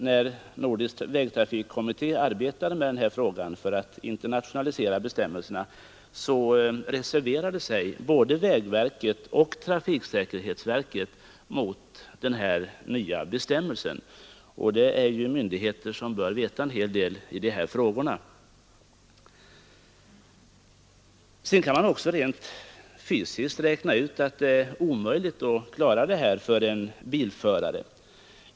När Nordisk vägtrafikkommitté arbetade med frågan för att internationalisera vägtrafikreglerna reserverade sig både vägverket och trafiksäkerhetsverket mot den här nya bestämmelsen — och det är myndigheter som bör veta en hel del i dessa frågor. Sedan kan man räkna ut att det också rent fysiskt är omöjligt för en bilförare att klara det här.